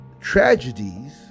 tragedies